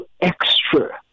extra